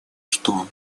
что